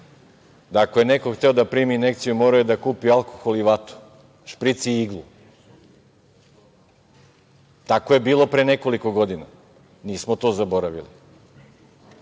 da ako je neko hteo da primi injekciju morao je da kupi alkohol i vatu, špric i iglu. Tako je bilo pre nekoliko godina, nismo to zaboravili. Takođe,